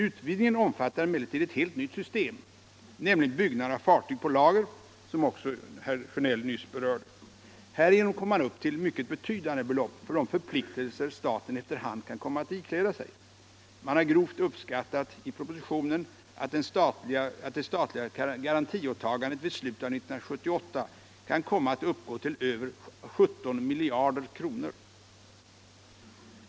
Utvidgningen omfattar emellertid ett helt nytt system, nämligen byggnad av fartyg på lager, som också herr Sjönell nyss berörde. Härigenom kommer man upp till mycket betydande belopp för de förpliktelser staten efter hand kan komma att ikläda sig. Man har i propositionen grovt uppskattat att det statliga garantiåtagandet vid slutet av 1978 kan komma att uppgå till över 17 miljarder kr.